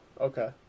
okay